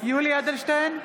יולי יואל אדלשטיין,